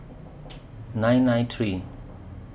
nine nine three